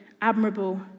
admirable